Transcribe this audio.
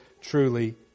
truly